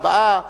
ארבעה,